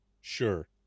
sure